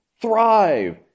thrive